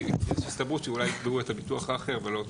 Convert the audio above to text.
כי יש הסתברות שאולי ימכרו את הביטוח האחר ולא את